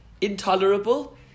intolerable